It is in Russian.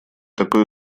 такой